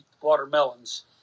watermelons